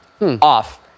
off